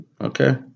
Okay